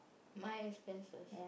my expenses